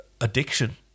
addiction